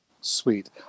Sweet